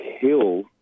kill